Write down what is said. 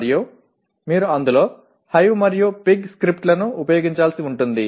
మరియు మీరు అందులో హైవ్ మరియు పిగ్ స్క్రిప్ట్లను ఉపయోగించాల్సి ఉంటుంది